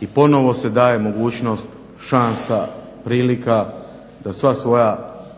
i ponovo se daje mogućnost šansa, prilika da sva svoja dugovanja